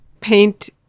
paint